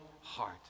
heart